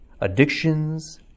addictions